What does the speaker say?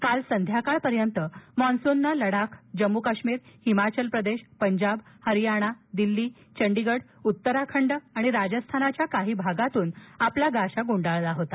काल संध्याकाळपर्यंत मान्सूननं लडाख जम्मू काश्मिर हिमाचल प्रदेश पंजाब हरियाणा दिल्ली चंडीगड उत्तराखंड आणि राजस्थानाच्या काही भागातून आपला गाशा गुंडाळला होता